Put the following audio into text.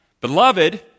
Beloved